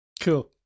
Cool